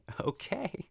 okay